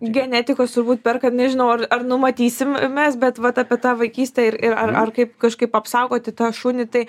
genetikos turbūt perkant nežinau ar ar nu matysim mes bet vat apie tą vaikystę ir ar ar kaip kažkaip apsaugoti tą šunį tai